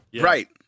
Right